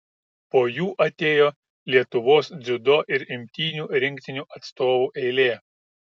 po jų atėjo lietuvos dziudo ir imtynių rinktinių atstovų eilė